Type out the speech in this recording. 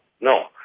No